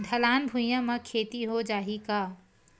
ढलान भुइयां म खेती हो जाही का?